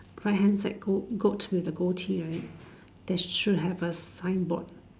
right hand side goat with the goatee right there should have a signboard